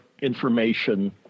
information